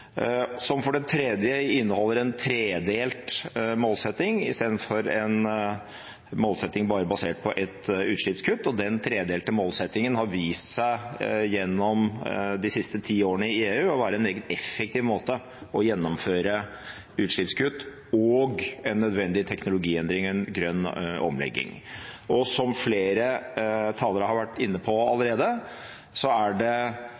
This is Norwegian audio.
som for det tredje inneholder en tredelt målsetting istedenfor en målsetting bare basert på ett utslippskutt. Den tredelte målsettingen har vist seg gjennom de siste ti årene i EU å være en meget effektiv måte å gjennomføre utslippskutt og en nødvendig teknologiendring på, en grønn omlegging. Som flere talere har vært inne på allerede, er det